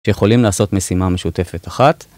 שיכולים לעשות משימה משותפת אחת.